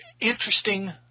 interesting